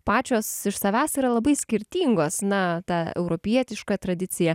pačios iš savęs yra labai skirtingos na ta europietiška tradicija